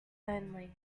only